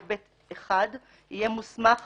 או (ב)(1), יהיה מוסמך